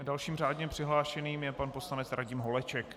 Dalším řádně přihlášeným je pan poslanec Radim Holeček.